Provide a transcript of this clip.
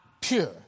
pure